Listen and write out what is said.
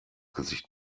gesicht